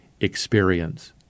experience